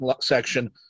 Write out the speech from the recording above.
section